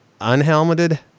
unhelmeted